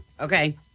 okay